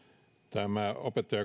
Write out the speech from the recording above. tämä